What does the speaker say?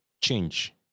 change